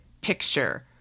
picture